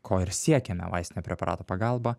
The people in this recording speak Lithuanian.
ko ir siekiame vaistinio preparato pagalba